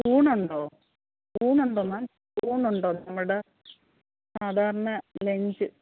ഊണുണ്ടോ ഊണുണ്ടോ മാം ഊണുണ്ടോ നമ്മുടെ സാധാരണ ലഞ്ച്